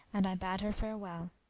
and i bade her farewell.